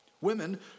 Women